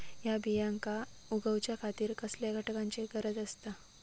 हया बियांक उगौच्या खातिर कसल्या घटकांची गरज आसता?